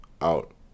out